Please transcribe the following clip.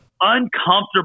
uncomfortable